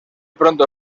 pronto